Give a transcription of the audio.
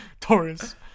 Taurus